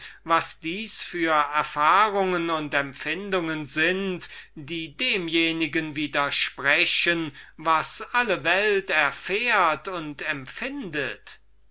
was dieses für erfahrungen und empfindungen sind die demjenigen widersprechen was alle welt erfährt und empfindt